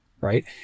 Right